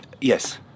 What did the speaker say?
Yes